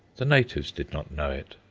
the natives did not know it.